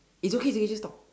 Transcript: it's okay they can just talk